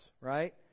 right